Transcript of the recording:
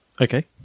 Okay